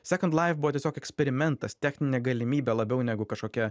sakond laif buvo tiesiog eksperimentas techninė galimybė labiau negu kažkokia